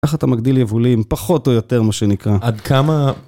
איך אתה מגדיל יבולים פחות או יותר מה שנקרא? עד כמה...